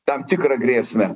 tam tikrą grėsmę